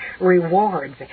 rewards